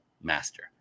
master